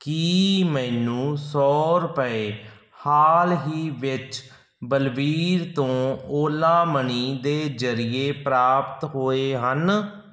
ਕੀ ਮੈਨੂੰ ਸੌ ਰੁਪਏ ਹਾਲ ਹੀ ਵਿੱਚ ਬਲਬੀਰ ਤੋਂ ਓਲਾ ਮਨੀ ਦੇ ਜਰੀਏ ਪ੍ਰਾਪਤ ਹੋਏ ਹਨ